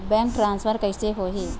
Bank transfer कइसे होही?